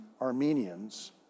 Armenians